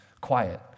quiet